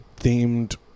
themed